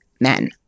men